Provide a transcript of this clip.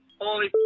Holy